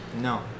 No